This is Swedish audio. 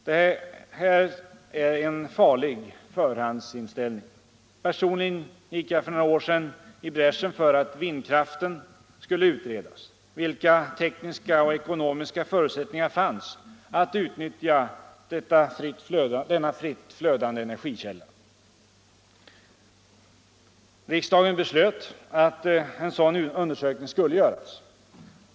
Det här är en farlig förhandsinställning. Personligen gick jag för några år sedan i bräschen för att vindkraften skulle utredas. Vilka tekniska och ekonomiska förutsättningar fanns att utnyttja denna fritt flödande energikälla? Riksdagen beslöt att en sådan undersökning skulle göras.